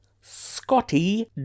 Scotty